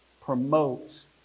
promotes